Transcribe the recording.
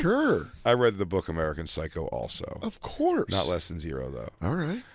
sure. i read the book american psycho, also. of course not less than zero, though. all right.